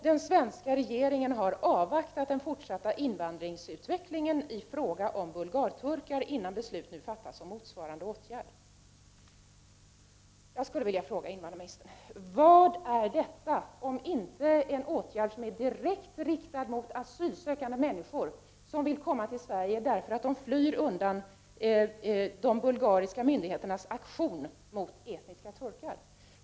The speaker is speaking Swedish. Den svenska regeringen har avvaktat den fortsatta invandringsutvecklingen i fråga om bulgarturkar, innan beslut nu fattas om motsvarande åtgärd.” Jag skulle vilja fråga invandrarministern: Vad är detta om inte en åtgärd som är direkt riktad mot asylsökande människor som vill komma till Sverige därför att de måste fly undan de bulgariska myndigheternas aktion mot etniska turkar?